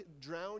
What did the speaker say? drown